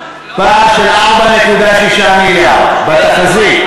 פער של 4.6 מיליארד בתחזית,